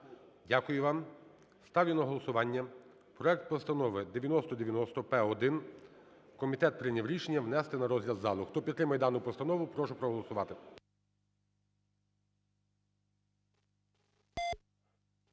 Дякую вам. Ставлю на голосування проект Постанови 9090-П1. Комітет прийняв рішення внести на розгляд залу. Хто підтримує дану постанову, прошу проголосувати.